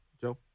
Joe